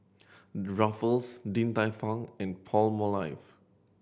Ruffles Din Tai Fung and Palmolive